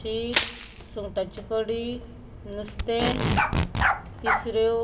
शीत सुंगटाची कडी नुस्तें तिसऱ्यो